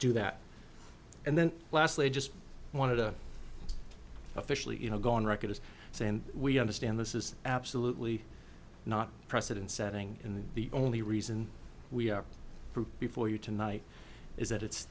do that and then lastly i just want to officially you know go on record as saying we understand this is absolutely not precedent setting in the only reason we are before you tonight is that it's